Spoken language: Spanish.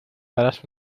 darás